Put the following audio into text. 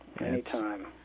Anytime